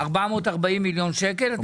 440 מיליון שקל.